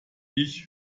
ich